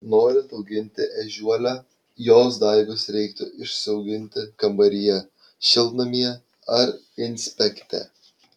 norint auginti ežiuolę jos daigus reiktų išsiauginti kambaryje šiltnamyje ar inspekte